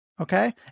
Okay